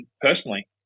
personally